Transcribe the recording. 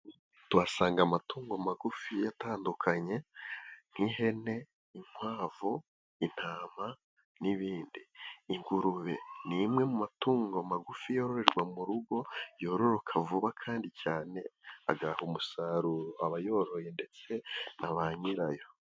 Tuhasanga amatungo magufi atandukanye : nk'ihene inkwavu, intama n'ibindi . Ingurube ni imwe mu matungo magufi, yorohererwa mu rugo, yororoka vuba kandi cyane ,agaha umusaruro abayoroye ndetse na ba nyirayo.